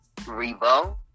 Revo